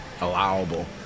allowable